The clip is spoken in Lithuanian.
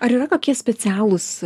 ar yra kokie specialūs